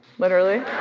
literally.